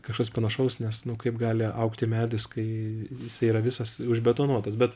kažkas panašaus nes nu kaip gali augti medis kai jisai yra visas užbetonuotas bet